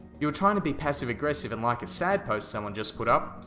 you were trying to be passive aggressive and like a sad post someone just put up